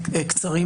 בקצרה,